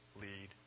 lead